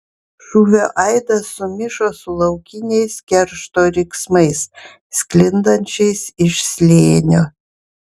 šūvio aidas sumišo su laukiniais keršto riksmais sklindančiais iš slėnio